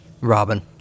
Robin